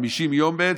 למעשה 50 יום,